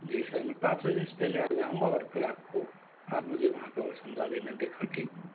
जी sir मै पाँच बजे से पहले आ जाऊंगा और फिर आप को आप मुझे वहाँ पे और समझा देना देखा के